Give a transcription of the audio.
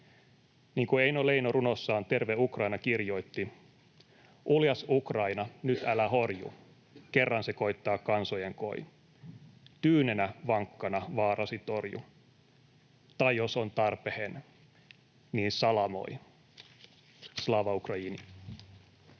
Niin kuin Eino Leino runossaan Terve Ukraina kirjoitti: ”Uljas Ukraina! Nyt älä horju! / Kerran se koittaa kansojen koi. / Tyynenä, vankkana vaarasi torju, / tai jos on tarpehen, niin salamoi! — Slava Ukraini!